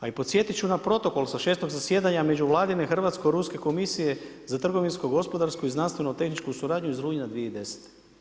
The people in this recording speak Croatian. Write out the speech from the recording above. A i podsjetit ću na protokol sa 6. zasjedanja međuvladine hrvatsko-ruske komisije za trgovinsko, gospodarsko i znanstveno-tehničku suradnju iz rujna 2010.